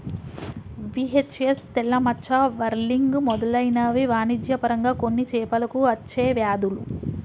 VHS, తెల్ల మచ్చ, whirling మెదలైనవి వాణిజ్య పరంగా కొన్ని చేపలకు అచ్చే వ్యాధులు